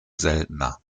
seltener